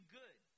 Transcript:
good